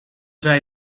zij